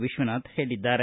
ವಿಶ್ವನಾಥ್ ಹೇಳಿದ್ದಾರೆ